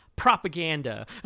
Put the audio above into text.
propaganda